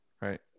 right